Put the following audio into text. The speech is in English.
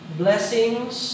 blessings